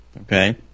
okay